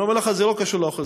אני אומר לך, זה לא קשור לאוכל.